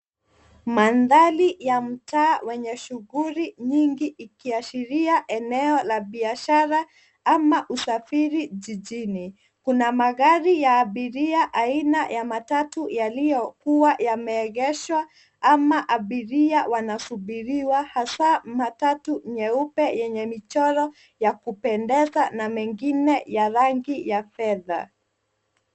Mandhari ya mtaa wenye shughuli nyingi ikiashiria eneo la biashara ama usafiri jijini. Kuna magari ya abiria aina ya matatu yaliyokuwa yameegeshwa ama abiria wanasubiriwa hasa matatu nyeupe yenye michoro ya kupendeza na mengine ya rangi ya fedha.